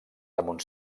damunt